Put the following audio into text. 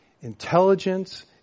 intelligence